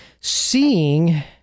seeing